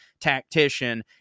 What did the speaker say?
tactician